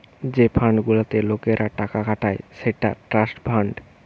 যে ফান্ড গুলাতে লোকরা টাকা খাটায় সেটা ট্রাস্ট ফান্ড